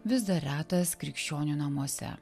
vis dar retas krikščionių namuose